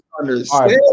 understand